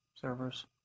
servers